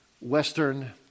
Western